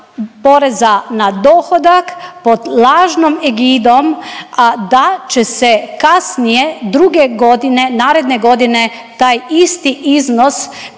poreza na dohodak pod lažnom egidom, a da će se kasnije druge godine naredne godine taj isti iznos